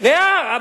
להאג.